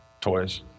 toys